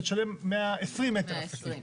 אתה תשלם 120 מטר עסקים.